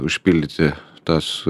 užpildyti tas